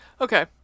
Okay